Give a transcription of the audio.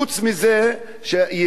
ימי אשפוז,